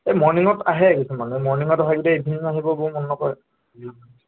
এই মৰ্ণিঙত আহে কিছুমান মৰ্ণিঙত েইইভিনিঙত আহিব বৰ মন নকৰে